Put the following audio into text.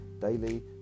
daily